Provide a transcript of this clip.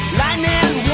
lightning